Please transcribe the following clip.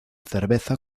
cerveza